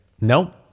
Nope